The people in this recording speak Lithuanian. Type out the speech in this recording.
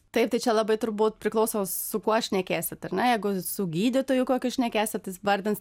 taip tai čia labai turbūt priklauso su kuo šnekėsit ne jeigu su gydytoju kokiu šnekėsit tai jis vardins